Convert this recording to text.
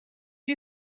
you